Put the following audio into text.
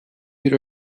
bir